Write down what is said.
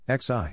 XI